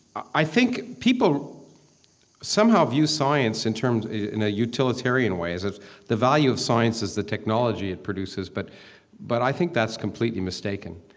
i think people somehow view science in terms in a utilitarian way as if the value of science is the technology it produces, but but i think that's completely mistaken.